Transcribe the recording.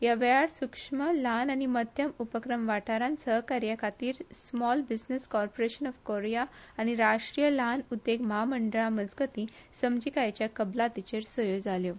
हया वेळार सुक्ष्म लहान आनी मध्यम उपक्रम वाठारात सहकार्याखातीर small business corporation of Korea आनी राष्टीय ल्हान उददेग महामंडळा मजगती समजीकायेच्या कबलातीचेर सयो जाल्यो